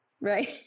Right